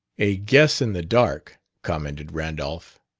a guess in the dark, commented randolph,